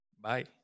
Bye